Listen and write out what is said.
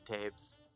Tapes